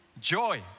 joy